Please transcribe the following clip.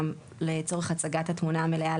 לצורך הצגת התמונה המלאה,